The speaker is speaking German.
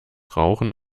rauchen